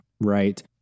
right